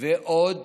ועוד